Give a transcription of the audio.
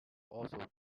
also